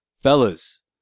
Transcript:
Fellas